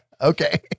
Okay